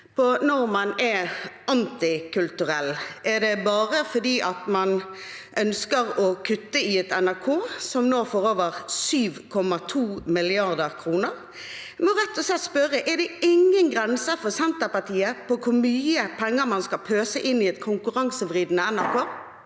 når man er antikulturell? Er det når man ønsker å kutte i NRK, som nå får over 7,2 mrd. kr? Jeg må rett og slett spørre: Er det ingen grense for Senterpartiet på hvor mye penger man skal pøse inn i et konkurransevridende NRK?